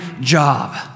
job